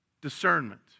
discernment